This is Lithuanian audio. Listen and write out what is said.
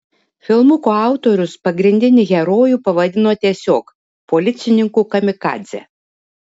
filmuko autorius pagrindinį herojų pavadino tiesiog policininku kamikadze